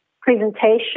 presentation